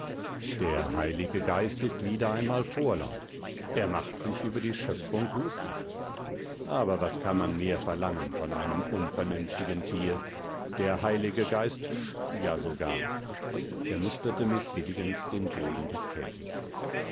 der heilige geist ist wieder einmal vorlaut er macht sich über die schöpfung lustig aber was kann man mehr verlangen von einem unvernünftigen tier der heilige geist sch ja sogar er musterte mißbilligend den boden des käfigs